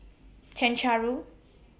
Chencharu